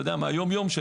מהיום-יום של